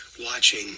watching